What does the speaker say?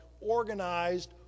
organized